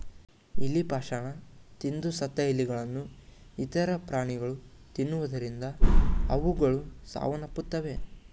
ಇಲಿ ಪಾಷಾಣ ತಿಂದು ಸತ್ತ ಇಲಿಗಳನ್ನು ಇತರ ಪ್ರಾಣಿಗಳು ತಿನ್ನುವುದರಿಂದ ಅವುಗಳು ಸಾವನ್ನಪ್ಪುತ್ತವೆ